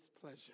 pleasure